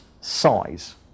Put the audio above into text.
size